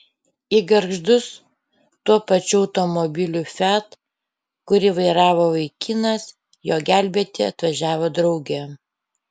į gargždus tuo pačiu automobiliu fiat kurį vairavo vaikinas jo gelbėti atvažiavo draugė